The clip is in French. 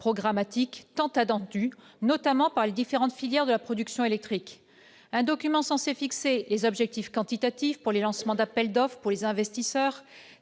tant attendu, notamment par les différentes filières de la production électrique. Ce document est censé fixer les objectifs quantitatifs pour les lancements d'appels d'offres adressés aux investisseurs,